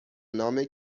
نام